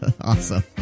awesome